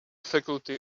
faculty